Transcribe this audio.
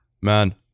Man